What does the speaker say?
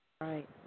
Right